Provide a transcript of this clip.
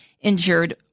injured